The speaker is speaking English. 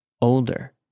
older